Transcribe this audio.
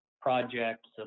projects